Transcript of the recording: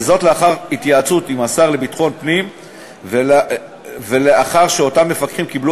וזאת לאחר התייעצות עם השר לביטחון פנים ולאחר שאותם מפקחים קיבלו